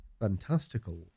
fantastical